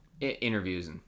interviews